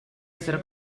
ser